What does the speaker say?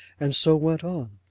and so went on.